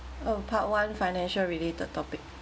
oh part one financial related topic